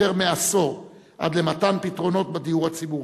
מעשור עד למתן פתרונות בדיור הציבורי.